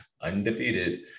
undefeated